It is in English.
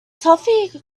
toffee